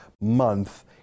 month